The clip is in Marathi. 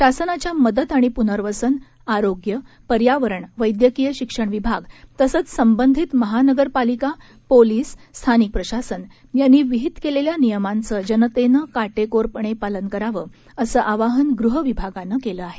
शासनाच्या मदत आणि पूनर्वसन आरोग्य पर्यावरण वैद्यकीय शिक्षण विभाग तसंच संबंधित महानगरपालिका पोलीस स्थानिक प्रशासन यांनी विहित केलेल्या नियमांचं जनतेनं काटेकोरपणे पालन करावं असं आवाहन गृह विभागानं केलं आहे